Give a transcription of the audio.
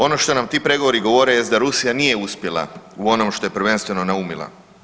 Ono što nam ti pregovori govore jest da Rusija nije uspjela u onom što je prvenstveno naumila.